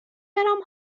برم